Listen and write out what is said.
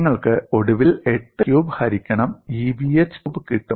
നിങ്ങൾക്ക് ഒടുവിൽ 8 a cube ഹരിക്കണം EBh ക്യൂബ് കിട്ടും